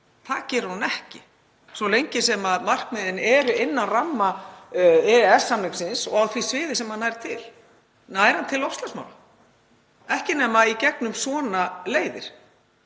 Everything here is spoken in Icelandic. Það gerir það ekki svo lengi sem markmiðin eru innan ramma EES-samningsins og á því sviði sem hann nær til. Nær hann til loftslagsmála? Ekki nema í gegnum svona leiðir.